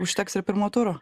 užteks ir pirmo turo